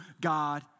God